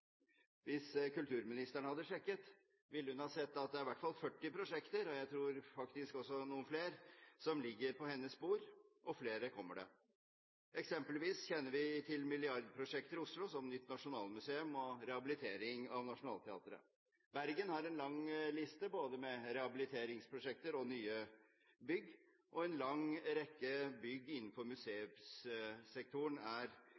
Hvis kulturministeren hadde sjekket, ville hun ha sett at det i hvert fall er 40 prosjekter som ligger på hennes bord, og flere kommer. Eksempelvis kjenner vi til millardprosjekter i Oslo, som nytt nasjonalmuseum og rehabilitering av Nationaltheatret. Bergen har en lang liste både med rehabiliteringsprosjekter og nye bygg, og en lang rekke bygg innenfor museumssektoren er